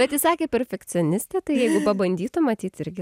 bet ji sakė perfekcionistė tai jeigu pabandytų matyt irgi